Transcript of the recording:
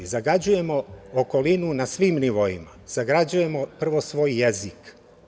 Zagađujemo okolinu na svim nivoima, zagađujemo prvo svoj jezik.